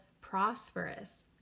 prosperous